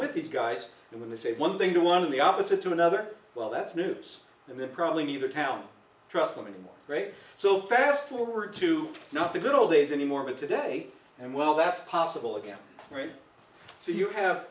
with these guys and when they say one thing to one in the opposite to another well that's news and they're probably neither town trust them anymore great so fast forward to not the good old days anymore but today and well that's possible again right so you have